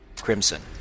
crimson